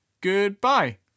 Goodbye